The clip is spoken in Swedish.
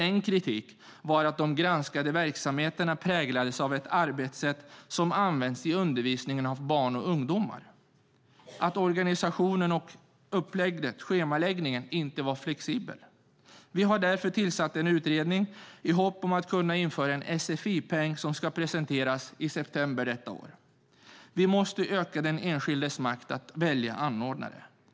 En kritik var att de granskade verksamheterna präglades av ett arbetssätt som används i undervisningen av barn och ungdomar och att organisationen, upplägget och schemaläggningen inte var flexibla. Vi har därför tillsatt en utredning i hopp om att kunna införa en sfi-peng som ska presenteras i september i år. Vi måste öka den enskildes makt att välja anordnare.